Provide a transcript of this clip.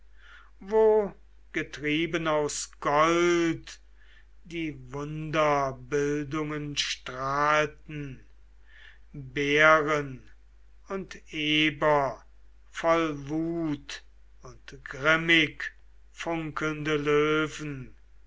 wo getrieben aus gold die wunderbildungen strahlten bären und eber voll wut und grimmig funkelnde löwen